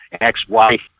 Ex-wife